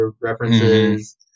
references